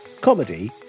comedy